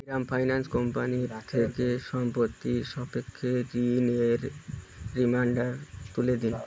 ইরাম finance company রাখে সম্পত্তির সাপেক্ষে ঋণের রিমাইন্ডার তুলে দিন